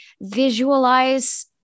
visualize